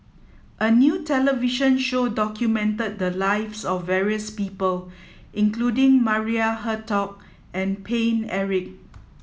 a new television show documented the lives of various people including Maria Hertogh and Paine Eric